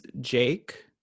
jake